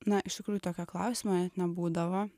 na iš tikrųjų tokio klausimo net nebūdavo